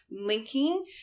linking